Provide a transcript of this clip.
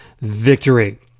victory